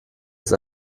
ist